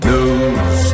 News